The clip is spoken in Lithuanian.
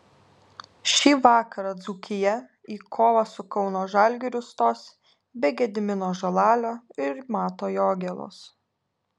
šį vakarą dzūkija į kovą su kauno žalgiriu stos be gedimino žalalio ir mato jogėlos